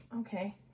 okay